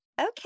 okay